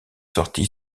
sorti